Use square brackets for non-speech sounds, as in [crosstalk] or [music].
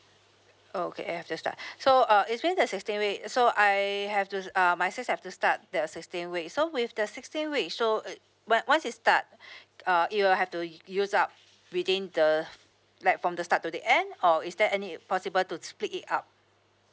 okay it have to start [breath] so uh is means the sixteen week so I have to uh my sis have to start the sixteen week so with the sixteen week so uh but once it start uh it will have to use up within the like from the start to the end or is there any possible to to split it up